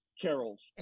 carols